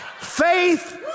Faith